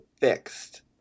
fixed